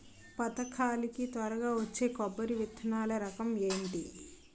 పథకాల కి త్వరగా వచ్చే కొబ్బరి విత్తనాలు రకం ఏంటి?